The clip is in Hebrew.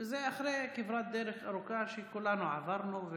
זה אחרי כברת דרך ארוכה שכולנו עברנו,